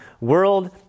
world